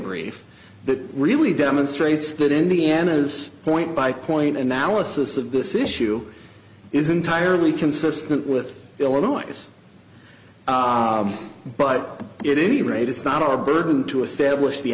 that really demonstrates that indiana's point by point analysis of this issue is entirely consistent with illinois but it any rate it's not our burden to establish the